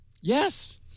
Yes